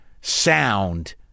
sound